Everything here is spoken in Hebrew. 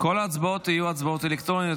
כל ההצבעות יהיו הצבעות אלקטרוניות,